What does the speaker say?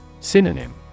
Synonym